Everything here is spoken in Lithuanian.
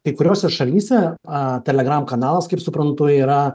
kai kuriose šalyse aa telegram kanalas kaip suprantu yra